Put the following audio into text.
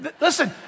Listen